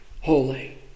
holy